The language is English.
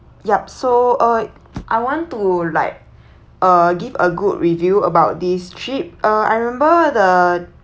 yup so uh I want to like uh give a good review about this trip uh I remember the